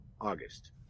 August